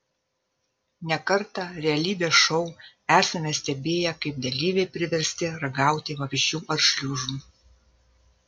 ne kartą realybės šou esame stebėję kaip dalyviai priversti ragauti vabzdžių ar šliužų